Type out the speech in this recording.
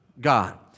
God